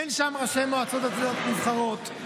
אין ראשי מועצות דתיות נבחרות.